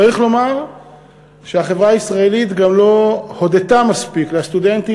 צריך לומר שהחברה הישראלית גם לא הודתה מספיק לסטודנטים